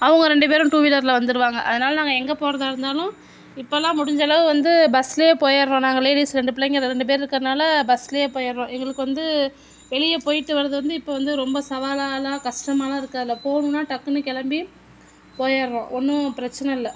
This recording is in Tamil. அவங்க ரெண்டு பேரும் டூவீலர்ல வந்துவிடுவாங்க அதனால நாங்கள் எங்கே போறதாக இருந்தாலும் இப்பலாம் முடிஞ்சளவு வந்து பஸ்லேயே போயிடுறோம் நாங்கள் லேடிஸ் ரெண்டு பிள்ளைங்க ரெண்டு பேர் இருக்கிறனால பஸ்லே போயிடுறோம் எங்குளுக்கு வந்து வெளியே போய்ட்டு வர்றது வந்து இப்போ வந்து ரொம்ப சவாலாலான் கஷ்டமாலான் இருக்கறதில்லை போணும்னா டக்குனு கிளம்பி போயிடுறோம் ஒன்றும் பிரச்சனயில்ல